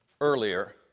earlier